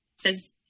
says